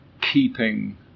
keeping